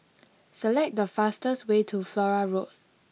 select the fastest way to Flora Road